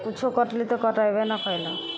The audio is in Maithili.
किछु कटली तऽ कटैबे नहि कएलक